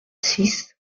six